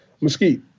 mesquite